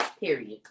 Period